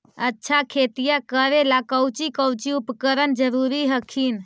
अच्छा खेतिया करे ला कौची कौची उपकरण जरूरी हखिन?